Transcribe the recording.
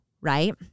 right